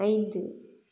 ஐந்து